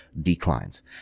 declines